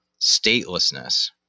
statelessness